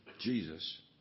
Jesus